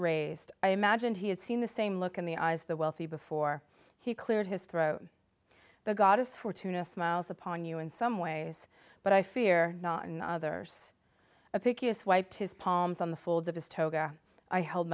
raised i imagined he had seen the same look in the eyes the wealthy before he cleared his throat the goddess fortuna smiles upon you in some ways but i fear not in others of pickiest wiped his palms on the folds of his toga i held